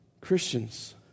Christians